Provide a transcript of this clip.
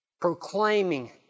proclaiming